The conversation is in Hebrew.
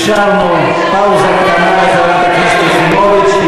אפשרנו פאוזה קטנה לחברת הכנסת יחימוביץ,